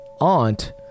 aunt